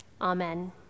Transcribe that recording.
Amen